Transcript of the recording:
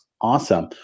awesome